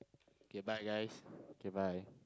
okay bye nice goodbye